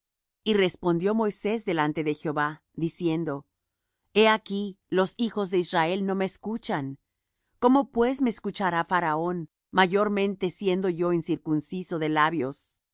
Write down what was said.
y respondió moisés delante de jehová diciendo he aquí los hijos de israel no me escuchan cómo pues me escuchará faraón mayormente siendo yo incircunciso de labios